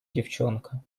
девчонка